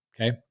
Okay